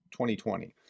2020